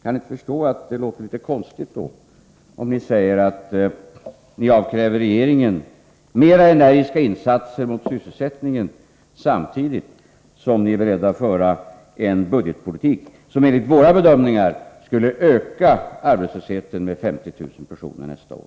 Kan ni förstå att det låter litet konstigt, när ni avkräver regeringen mer energiska insatser för sysselsättningen, samtidigt som ni är beredda att föra en budgetpolitik som enligt våra bedömningar skulle öka arbetslösheten med 50 000 personer nästa år?